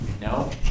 no